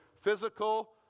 physical